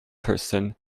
person